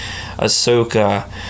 Ahsoka